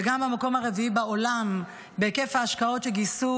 במקום הרביעי בעולם בהיקף ההשקעות שגייסו